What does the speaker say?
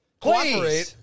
Cooperate